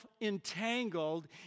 entangled